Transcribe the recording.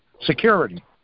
security